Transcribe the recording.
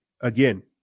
again